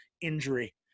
injury